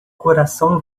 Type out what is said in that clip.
coração